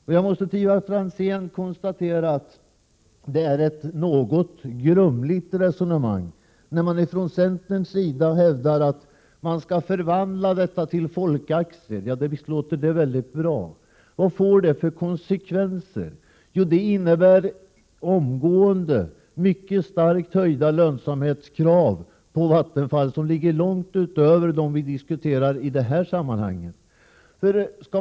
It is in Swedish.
Jag vill också till Ivar Franzén säga att det är ett grumligt resonemang som man inom centern för om utgivning av folkaktier i detta sammanhang. Det låter mycket bra, men vad får det för konsekvenser? Jo, det leder omgående till mycket starkt höjda lönsamhetskrav på Vattenfall, långt utöver vad vi diskuterar i detta sammanhang.